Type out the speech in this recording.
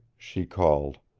she called.